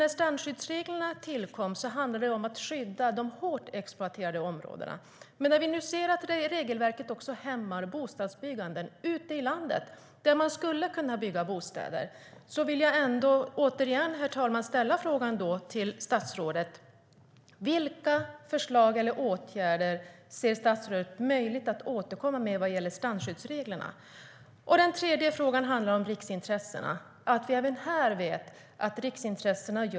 När strandskyddsreglerna tillkom handlade det om att skydda de hårt exploaterade områdena, men när vi ser att regelverket hämmar bostadsbyggandet också ute i landet, där man skulle kunna bygga bostäder, vill jag återigen, herr talman, fråga statsrådet: Vilka förslag eller åtgärder ser statsrådet att det är möjligt att återkomma med vad gäller strandskyddsreglerna? Den tredje frågan handlar om riksintressena.